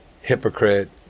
Hypocrite